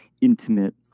intimate